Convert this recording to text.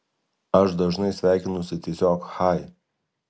aš dažnai sveikinuosi tiesiog chai